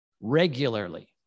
regularly